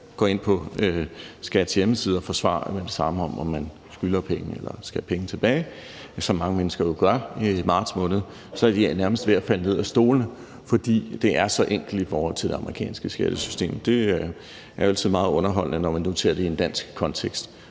går ind på skat.dk og får svar med det samme på, om man skylder penge eller skal have penge tilbage, som mange mennesker jo gør i marts måned, så er de nærmest ved at falde ned af stolene, fordi det er så enkelt i forhold til det amerikanske skattesystem. Det er altid meget underholdende, når man nu ser det i en dansk kontekst.